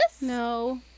No